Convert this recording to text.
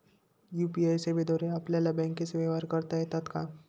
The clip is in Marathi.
यू.पी.आय सेवेद्वारे आपल्याला बँकचे व्यवहार करता येतात का?